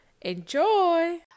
Enjoy